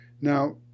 Now